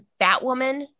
Batwoman